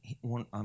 one